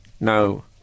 no